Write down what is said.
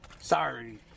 sorry